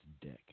dick